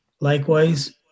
Likewise